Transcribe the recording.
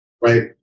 Right